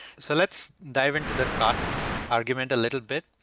so let's dive into the costs argument a little bit.